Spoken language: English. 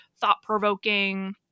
thought-provoking